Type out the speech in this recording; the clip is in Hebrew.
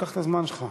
קח את הזמן שלך.